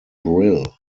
brill